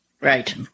Right